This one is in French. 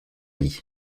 lit